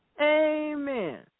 Amen